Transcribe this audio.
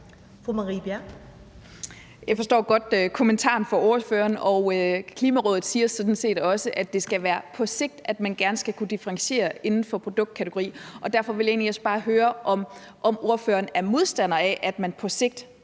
Jeg forstår godt kommentaren fra ordførerens side, og Klimarådet siger sådan set også, at det skal være på sigt, at man gerne skal kunne differentiere inden for produktkategori, og derfor vil jeg egentlig også bare høre, om ordføreren er modstander af, at man på sigt